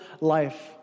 life